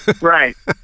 right